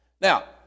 Now